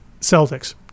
Celtics